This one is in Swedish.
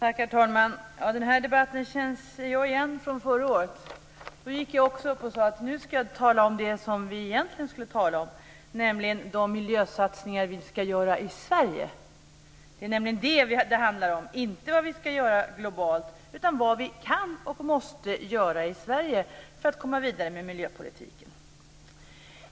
Herr talman! Jag känner igen den här debatten från förra året. Också då gick jag upp och sade: Nu ska jag tala om det som vi egentligen ska tala om, nämligen de miljösatsningar som vi ska göra i Sverige. Det är det som det handlar om, inte om vad vi ska göra globalt utan vad vi kan och måste göra i Sverige för att komma vidare med miljöpolitiken.